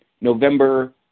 November